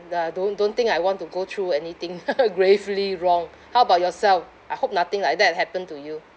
ah don't don't think I want to go through anything gravely wrong how about yourself I hope nothing like that happened to you